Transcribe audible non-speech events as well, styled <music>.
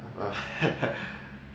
!wah! <laughs>